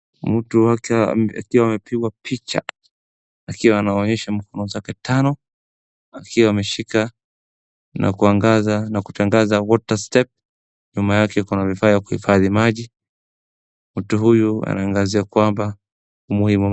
Mtu wake akiwa amepigwa picha akiwa anaonyesha mkono zake tano akiwa ameshika na kuangaza na kutangaza water step . Nyuma yake kuna vifaa ya kuhifadhi maji. Mtu huyu anaangazia kwamba umuhimu.